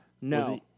no